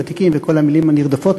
ותיקים וכל המילים הנרדפות,